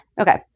okay